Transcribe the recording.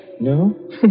No